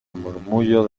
murmullo